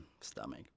stomach